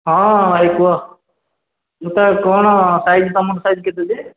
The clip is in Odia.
ହଁ ଭାଇ କୁହ ଜୋତା କ'ଣ ସାଇଜ୍ ସାଇଜ୍ କେତେ ଯେ